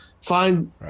find